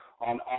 On